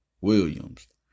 Williams